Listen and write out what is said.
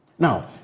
Now